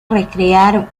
recrear